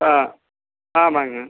ஆ ஆமாங்க